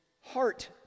heart